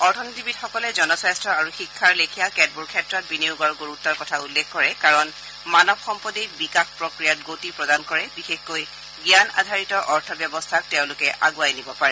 অথনীতিবিদসকলে জনস্থাস্থ্য আৰু শিক্ষাৰ লেখীয়া কেতবোৰ ক্ষেত্ৰত বিনিয়োগৰ গুৰুতৃৰ কথা উল্লেখ কৰে কাৰণ মানৱ সম্পদেই বিকাশ প্ৰক্ৰিয়াত গতি প্ৰদান কৰে বিশেষকৈ জ্ঞান আধাৰিত অৰ্থব্যৱস্থাক তেওঁলোকে আগুৱাই নিব পাৰে